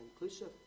inclusive